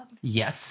Yes